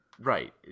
Right